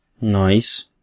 Nice